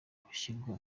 gushyirwa